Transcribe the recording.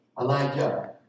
Elijah